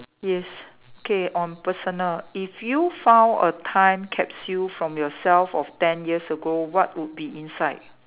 is okay on personal if you found a time capsule from yourself of ten years ago what would be inside